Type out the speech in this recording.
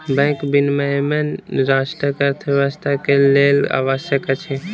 bank विनियमन राष्ट्रक अर्थव्यवस्था के लेल आवश्यक अछि